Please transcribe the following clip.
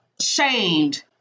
shamed